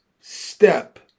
step